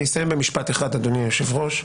אני אסיים במשפט אחד אדוני היו"ר,